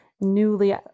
newly